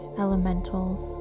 elementals